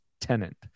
tenant